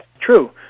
true